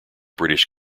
british